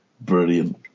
Brilliant